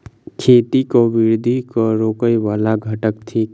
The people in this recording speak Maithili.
खेती केँ वृद्धि केँ रोकय वला घटक थिक?